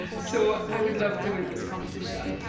so i would love to win this competition.